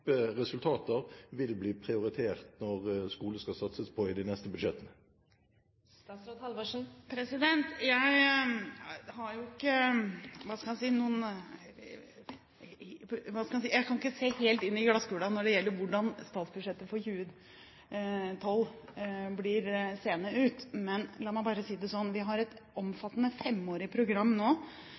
resultater, vil bli prioritert når skole skal satses på i de neste budsjettene? Jeg kan ikke se helt inn i glasskulen når det gjelder hvordan statsbudsjettet for 2012 blir seende ut, men la meg si det sånn: Vi har nå et omfattende femårig program